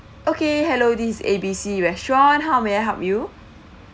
okay hello this is A_B_C restaurant how may I help you